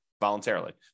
voluntarily